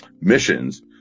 missions